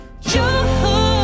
joy